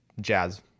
jazz